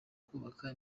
kubaka